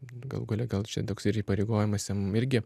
galų gale gal čia toks ir įpareigojimas jam irgi